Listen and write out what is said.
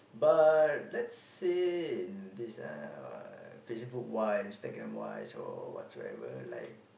but let's say this uh Facebook wise Instagram wise or whatsoever like